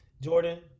Jordan